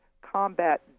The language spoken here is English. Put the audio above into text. combat